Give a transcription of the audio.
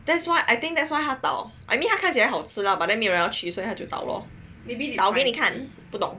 that's why I think that's why 它倒 I mean 它看起来好吃 but then 没有人要去倒给你看不懂